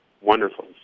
wonderful